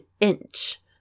inch